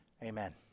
Amen